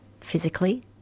physically